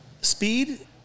Speed